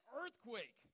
earthquake